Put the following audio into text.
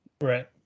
Right